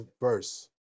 verse